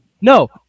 No